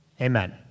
Amen